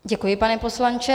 Děkuji, pane poslanče.